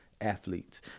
athletes